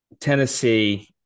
Tennessee